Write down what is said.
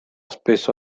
spesso